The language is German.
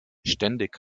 ständig